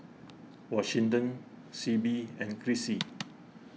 Washington Sibbie and Chrissie